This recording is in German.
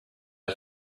ich